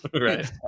Right